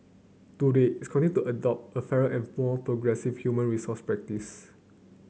today its to adopt a fairer and more progressive human resource practice